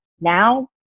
Now